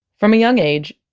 from a young age,